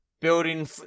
building